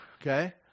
Okay